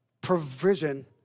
provision